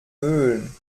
mölln